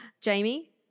Jamie